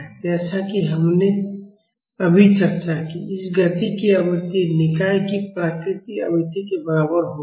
और जैसा कि हमने अभी चर्चा की है इस गति की आवृत्ति निकाय की प्राकृतिक आवृत्ति के बराबर होगी